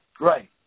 Right